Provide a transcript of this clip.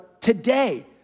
today